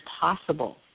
possible